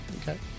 Okay